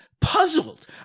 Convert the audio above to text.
puzzled